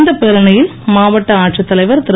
இந்தப் பேரணியில் மாவட்ட ஆட்சித் தலைவர் திரு